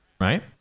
right